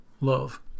love